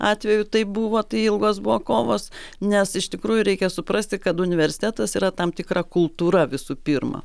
atveju tai buvo tai ilgos buvo kovos nes iš tikrųjų reikia suprasti kad universitetas yra tam tikra kultūra visų pirma